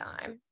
time